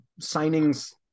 signings